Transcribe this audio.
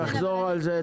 קרעי, תחזור על זה.